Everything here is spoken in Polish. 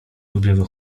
objawy